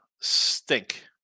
stink